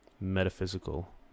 metaphysical